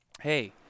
hey